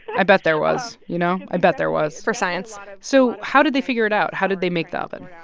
i bet there was, you know? i bet there was for science so how did they figure it out? how did they make the oven?